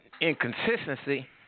inconsistency